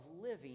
living